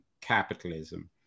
capitalism